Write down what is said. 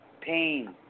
Pain